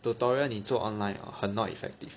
tutorial 你做 online hor 很 not effective